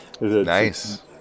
Nice